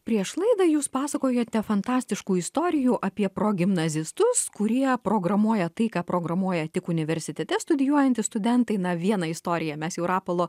prieš laidą jūs pasakojote fantastiškų istorijų apie progimnazistus kurie programuoja tai ką programuoja tik universitete studijuojantys studentai na vieną istoriją mes jau rapolo